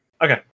Okay